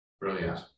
Brilliant